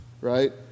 right